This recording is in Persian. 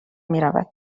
میرود